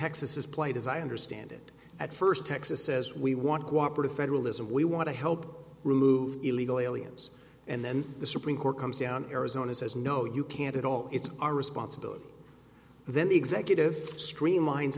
texas plight as i understand it at first texas says we want to cooperate federalism we want to help remove illegal aliens and then the supreme court comes down arizona says no you can't at all it's our responsibility then the executive streamline